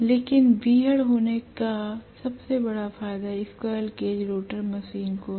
लेकिन बीहड़ होने का सबसे बड़ा फायदा स्क्वीररेल केज रोटर मशीन को है